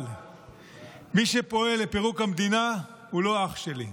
אבל מי שפועל לפירוק המדינה הוא לא אח שלי,